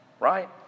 right